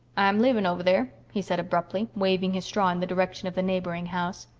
i'm leaving over there, he said abruptly, waving his straw in the direction of the neighboring house.